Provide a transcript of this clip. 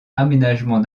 aménagement